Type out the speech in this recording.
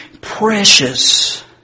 precious